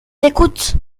écoutent